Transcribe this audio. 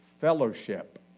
Fellowship